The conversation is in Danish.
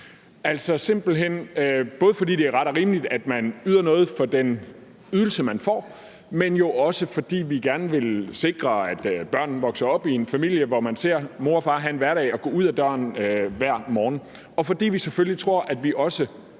arbejdspligt. Både fordi det er ret og rimeligt, at man yder noget for den ydelse, man får, men også fordi vi gerne vil sikre, at børn vokser op i en familie, hvor man ser mor og far have en hverdag, hvor de går ud ad døren hver morgen, og selvfølgelig også